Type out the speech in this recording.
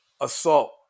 assault